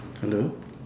hello